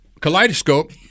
kaleidoscope